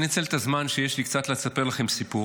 אני אנצל את הזמן שיש לי כדי לספר לכם סיפור.